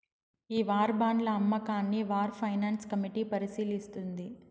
ఈ వార్ బాండ్ల అమ్మకాన్ని వార్ ఫైనాన్స్ కమిటీ పరిశీలిస్తుంది